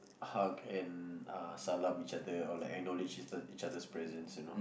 hug and uh salam each other or like acknowledge each each other's presence you know